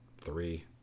three